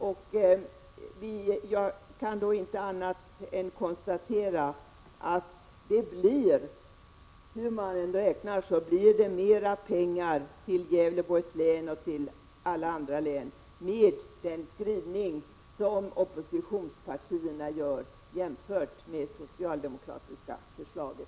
Jag kan inte annat än konstatera att det blir, hur man än räknar, mera pengar till Gävleborgs län och alla andra län med den skrivning som oppositionspartierna har gjort jämfört med det socialdemokratiska förslaget.